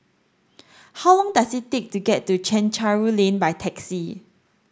how long does it take to get to Chencharu Lane by taxi